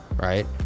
right